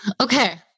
Okay